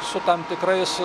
su tam tikrais